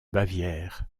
bavière